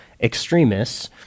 extremists